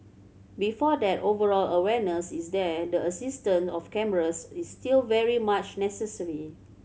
before that overall awareness is there and the existence of cameras is still very much necessary